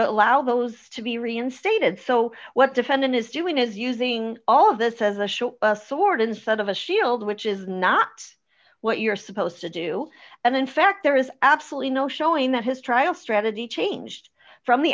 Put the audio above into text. allow those to be reinstated so what defendant is doing is using all of this as a short sword instead of a shield which is not what you're supposed to do and in fact there is absolutely no showing that his trial strategy changed from the